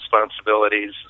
responsibilities